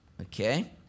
Okay